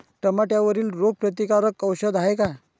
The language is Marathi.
टमाट्यावरील रोग प्रतीकारक औषध हाये का?